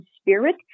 spirit